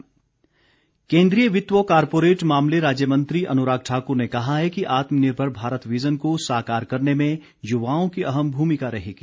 अनुराग केन्द्रीय वित्त व कॉरपोरेट मामले राज्य मंत्री अनुराग ठाक्र ने कहा है कि आत्मनिर्भर भारत विज़न को साकार करने में युवाओं की अहम भूमिका रहेगी